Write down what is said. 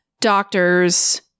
doctors